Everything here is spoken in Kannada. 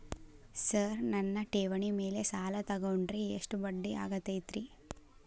ಸರ್ ನನ್ನ ಠೇವಣಿ ಮೇಲೆ ಸಾಲ ತಗೊಂಡ್ರೆ ಎಷ್ಟು ಬಡ್ಡಿ ಆಗತೈತ್ರಿ?